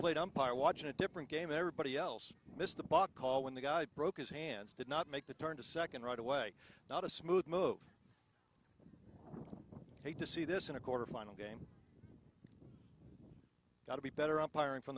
plate umpire watching a different game everybody else missed the block call when the guy broke his hands did not make the turn to second right away not a smooth move to see this in a quarter final game got to be better up are in from